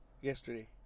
yesterday